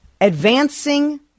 Advancing